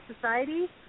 society